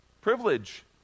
privilege